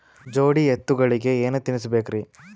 ಜೋಡಿ ಎತ್ತಗಳಿಗಿ ಏನ ತಿನಸಬೇಕ್ರಿ?